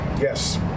Yes